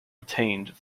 attained